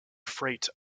freight